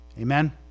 Amen